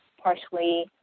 partially